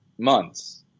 months